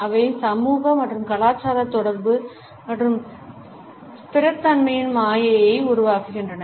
அவை சமூக மற்றும் கலாச்சார தொடர்பு மற்றும் ஸ்திரத்தன்மையின் மாயையை உருவாக்குகின்றன